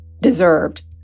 deserved